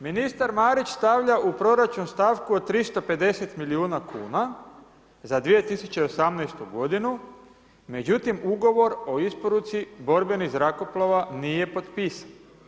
Ministar Marić stavlja u proračun stavku od 350 milijuna kuna za 2018. godinu, no međutim, ugovor o isporuci borbenih zrakoplova nije potpisan.